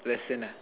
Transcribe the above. person ah